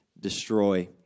destroy